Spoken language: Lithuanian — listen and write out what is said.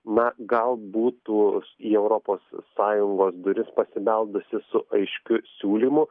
na gal būtų į europos sąjungos duris pasibeldusi su aiškiu siūlymu